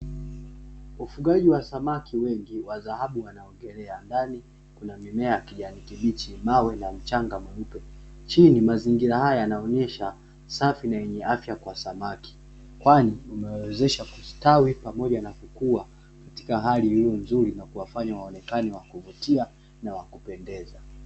Ufugaji wa samaki wengi wa dhahabu wanaogelea ndani kuna mimea ya kijani kibichi, mawe na mchanga mweupe chini mazingira haya yanaonyesha safi na yenye afya kwa samaki, kwani umewawezesha kustawi pamoja na kukua katika hali iliyonzuri na kuwafanya waonekane wa kuvutia na kupendeza.